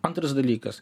antras dalykas